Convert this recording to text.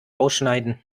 ausschneiden